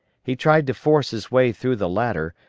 he tried to force his way through the latter,